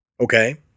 okay